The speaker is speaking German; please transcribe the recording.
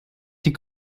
die